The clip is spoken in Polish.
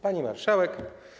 Pani Marszałek!